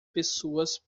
pessoas